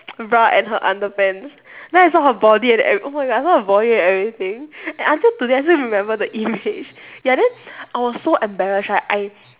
bra and her underpants then I saw her body and ev~ oh my god I saw her body and everything and until today I still remember the image ya then I was so embarrassed right I